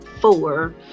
four